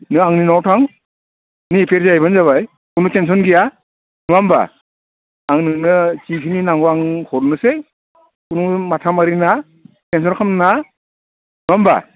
नों आंनि न'आव थां नों इपियारहैब्लानो जाबाय कुनु टेनसन गैया नङा होमब्ला आं नोंनो जिखिनि नांगौ आं हरनोसै कुनु माथा मारि नाङा टेनसन खालाम नाङा नङा होमब्ला